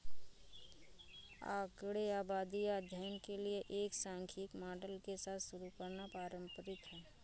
आंकड़े आबादी या अध्ययन के लिए एक सांख्यिकी मॉडल के साथ शुरू करना पारंपरिक है